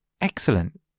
excellent